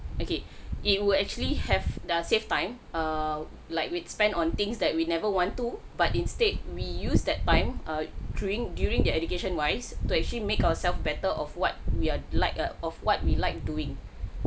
okay it will actually have does save time err like we spend on things that we never ant to but instead we use that time err during during their education wise to actually make ourselves better of what we are like uh of what we liked doing